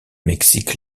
mexique